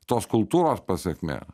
tos kultūros pasekmė